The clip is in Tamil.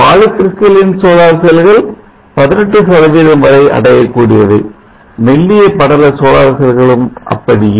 Polycrystalline சோலார் செல்கள் 18 சதவீதம் வரை அடையக் கூடியவை மெல்லிய படல சோலார் செல்களும் அப்படியே